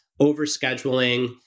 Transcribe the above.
overscheduling